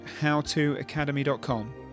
howtoacademy.com